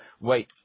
Wait